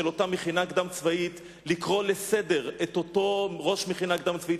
אותה מכינה קדם-צבאית לקרוא לסדר את אותו ראש מכינה קדם-צבאית,